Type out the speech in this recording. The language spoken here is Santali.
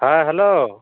ᱦᱮᱸ ᱦᱮᱞᱳ